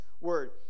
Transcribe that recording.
word